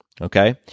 Okay